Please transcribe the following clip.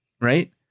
right